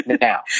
Now